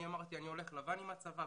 אני אמרתי: אני הולך "לבן" עם הצבא,